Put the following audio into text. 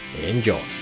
Enjoy